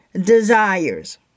desires